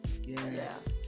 Yes